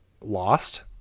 Lost